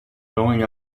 going